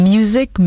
Music